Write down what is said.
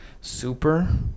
Super